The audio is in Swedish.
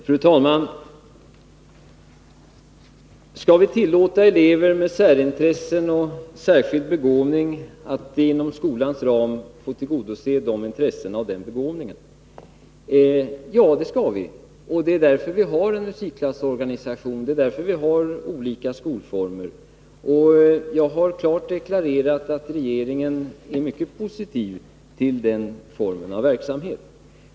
Fru talman! Skall vi tillåta elever med särintressen och särskild begåvning att inom skolans ram få tillgodose de intressena och den begåvningen? Ja, det skall vi. Det är därför vi har en musikklassorganisation och olika skolformer. Jag har klart deklarerat att regeringen är mycket positiv till den formen av verksamhet.